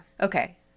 Okay